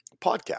podcast